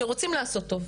שרוצים לעשות טוב,